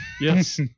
yes